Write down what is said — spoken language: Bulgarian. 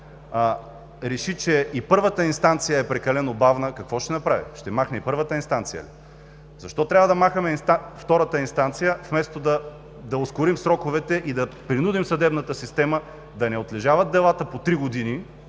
„бавно“, и първата инстанция е прекалено бавна, какво ще направим? Ще махнем първата инстанция ли? Защо трябва да махаме втората инстанция, вместо да ускорим сроковете и да принудим съдебната система да не отлежават делата по три години,